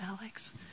Alex